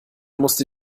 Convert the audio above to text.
musste